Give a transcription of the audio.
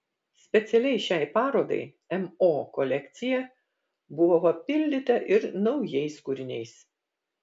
specialiai šiai parodai mo kolekcija buvo papildyta ir naujais kūriniais